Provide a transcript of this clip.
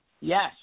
Yes